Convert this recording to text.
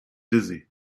dizzy